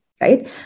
right